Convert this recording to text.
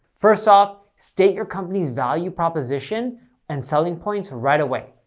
first off, state your company's value proposition and selling points right away.